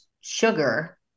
sugar